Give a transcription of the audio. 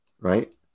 right